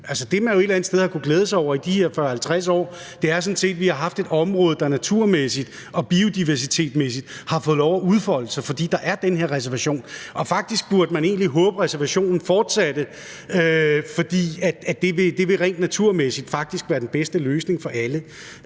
det, man et eller andet sted har kunnet glæde sig over i de her 40-50 år, er sådan set, at vi har haft et område, der naturmæssigt og biodiversitetsmæssigt har fået lov at udfolde sig, fordi der er den her reservation. Faktisk burde man egentlig håbe, at reservationen fortsatte, for det ville rent naturmæssigt faktisk være den bedste løsning for alle.